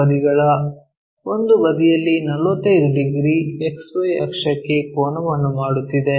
ಬದಿಗಳ ಒಂದು ಬದಿಯಲ್ಲಿ 45 degree XY ಅಕ್ಷಕ್ಕೆ ಕೋನವನ್ನು ಮಾಡುತ್ತಿದೆ